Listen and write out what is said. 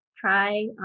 try